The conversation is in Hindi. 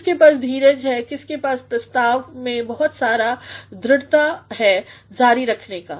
किसके पास धीरज ही किसके पास वास्तव में बहुत सारा दृढ़ता है जारी रखने के लिए